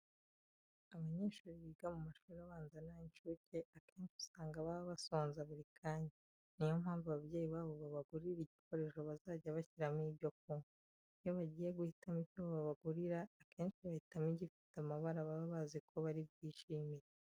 Abanyeshuri biga mu mashuri abanza n'ay'incuke akenshi usanga baba basonza buri kanya. Ni yo mpamvu ababyeyi babo babagurira igikoresho bazajya bashyiramo ibyo kunywa. Iyo bagiye guhitamo icyo babagurira, akenshi bahitamo igifite amabara baba bazi ko bari bwishimire.